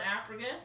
African